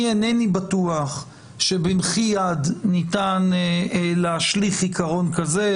אני אינני בטוח שבמחי יד ניתן להשליך עיקרון כזה,